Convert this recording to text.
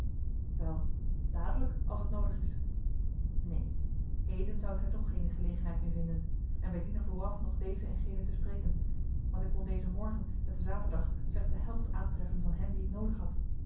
wel dadelijk als het noodig is neen heden zoudt gij toch geene gelegenheid meer vinden en wij dienen vooraf nog dezen en genen te spreken want ik kon dezen morgen met de zaterdag slechts de helft aantreffen van hen die ik noodig had